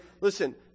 listen